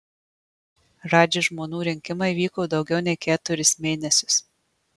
radži žmonų rinkimai vyko daugiau nei keturis mėnesius